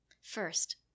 First